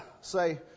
say